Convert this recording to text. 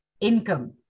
income